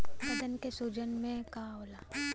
गदन के सूजन का होला?